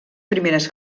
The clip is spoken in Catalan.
primeres